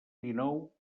dinou